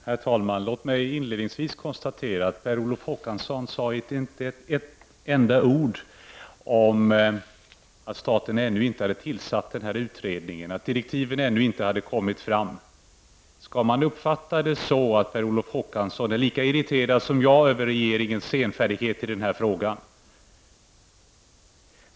Herr talman! Låt mig inledningsvis konstatera att Per Olof Håkansson inte sade ett enda ord om att staten ännu inte har tillsatt en utredning och att direktiven ännu inte har kommit fram. Skall man uppfatta det så, att Per Olof Håkansson är lika irriterad som jag över regeringens senfärdighet i den här frågan?